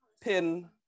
pin